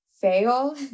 fail